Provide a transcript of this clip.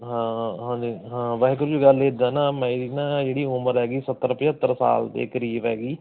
ਹਾਂ ਹਾਂਜੀ ਹਾਂ ਵਾਹਿਗੁਰੂ ਜੀ ਗੱਲ ਏਦਾਂ ਨਾ ਮੇਰੀ ਨਾ ਜਿਹੜੀ ਉਮਰ ਐਗੀ ਸੱਤਰ ਪਜੱਤਰ ਸਾਲ ਦੇ ਕਰੀਬ ਐਗੀ